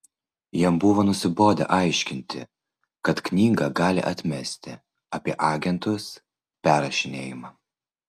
jam buvo nusibodę aiškinti kad knygą gali atmesti apie agentus perrašinėjimą